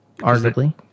Arguably